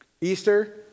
Easter